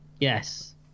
yes